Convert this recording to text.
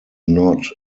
not